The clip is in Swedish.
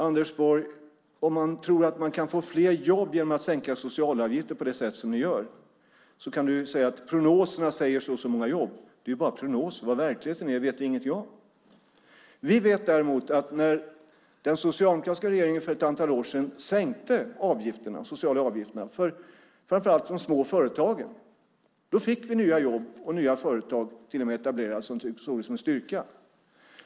Anders Borg, om ni tror att det kan skapas fler jobb genom att ni sänker socialavgifter på det sätt som ni gör kan du naturligtvis säga att det i prognoserna sägs att så och så många jobb kommer att skapas. Men det är bara prognoser. Vad det blir i verkligheten vet vi ingenting om. Vi vet däremot att när den socialdemokratiska regeringen för ett antal år sedan sänkte de sociala avgifterna för framför allt de små företagen fick vi nya jobb och nya företag. Man såg det som en styrka.